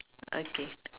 okay